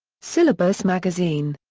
syllabus magazine.